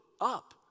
up